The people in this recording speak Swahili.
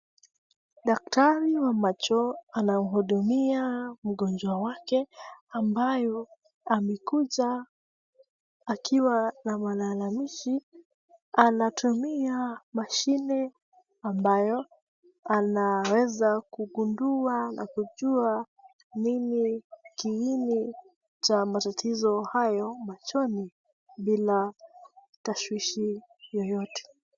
Daktari wa macho anamhudumia mgonjwa wake ambaye amekuja akiwa na malalamishi. Anatumia mashini ambayo anaweza kugundua na kujua nini kiini cha matatizo hayo machoni bila tashwishwi yoyote.